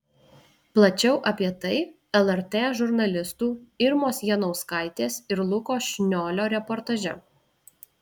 plačiau apie tai lrt žurnalistų irmos janauskaitės ir luko šniolio reportaže